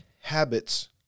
habits